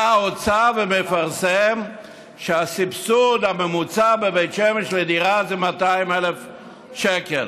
בא האוצר ומפרסם שהסבסוד הממוצע בבית שמש לדירה זה 200,000 שקל,